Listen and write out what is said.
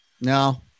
No